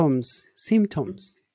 symptoms